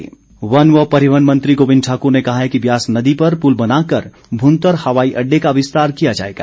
गोविंद ठाकुर वन व परिवहन मंत्री गोविंद ठाकुर ने कहा है कि ब्यास नदी पर पुल बनाकर भुंतर हवाई अड़डे का विस्तार किया जाएगा